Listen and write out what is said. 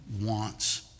wants